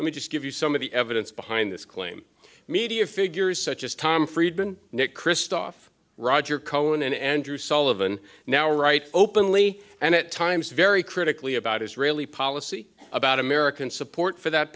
let me just give you some of the evidence behind this claim media figures such as tom friedman nick kristoff roger cohen and andrew sullivan now right openly and at times very critically about israeli policy about american support for that